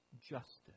justice